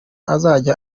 azajya